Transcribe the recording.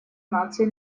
наций